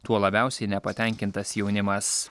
tuo labiausiai nepatenkintas jaunimas